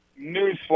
newsflash